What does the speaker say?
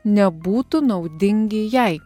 nebūtų naudingi jai